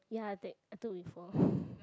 ya I take I took before